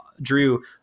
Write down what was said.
drew